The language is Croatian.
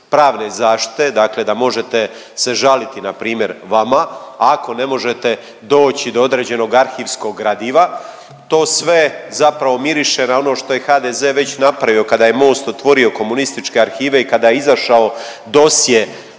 pravne zaštite dakle da se možete žaliti npr. vama ako ne možete doći do određenog arhivskog gradiva. To sve zapravo miriše na ono što je HDZ već napravio kada je Most otvorio komunističke arhive i kada je izašao dosje